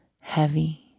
heavy